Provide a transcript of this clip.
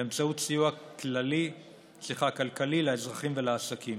באמצעות סיוע כלכלי לאזרחים ולעסקים.